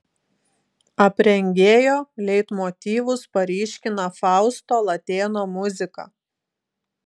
aprengėjo leitmotyvus paryškina fausto latėno muzika